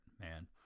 man